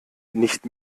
nicht